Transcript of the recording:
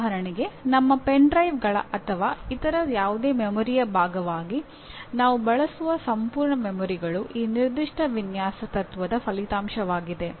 ಉದಾಹರಣೆಗೆ ನಮ್ಮ ಪೆನ್ ಡ್ರೈವ್ಗಳ ಅಥವಾ ಇತರ ಯಾವುದೇ ಮೆಮೊರಿಯ ಭಾಗವಾಗಿ ನಾವು ಬಳಸುವ ಸಂಪೂರ್ಣ ಮೆಮೊರಿಗಳು ಈ ನಿರ್ದಿಷ್ಟ ವಿನ್ಯಾಸ ತತ್ವದ ಫಲಿತಾಂಶವಾಗಿದೆ